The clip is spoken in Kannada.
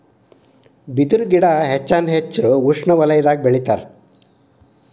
ಬಿದರು ಗಿಡಾ ಹೆಚ್ಚಾನ ಹೆಚ್ಚ ಉಷ್ಣವಲಯದಾಗ ಬೆಳಿತಾರ